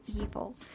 evil